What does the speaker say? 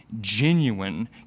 genuine